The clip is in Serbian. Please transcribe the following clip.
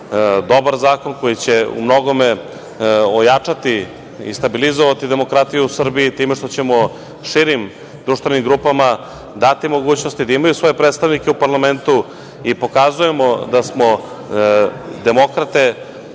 dobar zakon koji će u mnogome ojačati i stabilizovati demokratiju u Srbiji, time što ćemo širim društvenim grupama, dati mogućnosti da imaju svoje predstavnike u parlamentu i pokazujemo da smo demokrate